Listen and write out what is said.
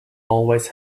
always